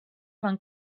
van